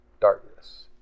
darkness